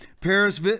Paris